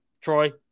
Troy